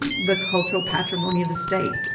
the cultural patrimony of the state.